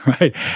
right